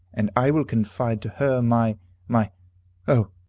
and i will confide to her my my o,